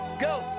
Go